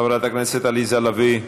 חברת הכנסת עליזה לביא,